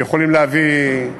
יכולים להביא,